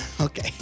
Okay